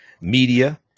media